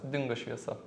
dingo šviesa